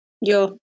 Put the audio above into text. yo